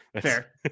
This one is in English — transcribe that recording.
fair